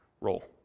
role